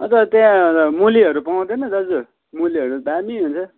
अन्त त्यहाँ मुलीहरू पाउँदैन दाजु मुलीहरू त दामी हुन्छ